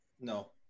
No